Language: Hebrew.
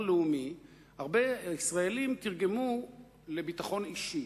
לאומי" הרבה ישראלים תרגמו לביטחון אישי,